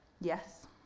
Yes